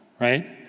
right